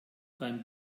beim